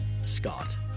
Scott